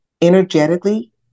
energetically